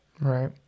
Right